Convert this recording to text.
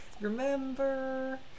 Remember